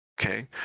Okay